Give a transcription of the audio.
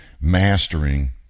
mastering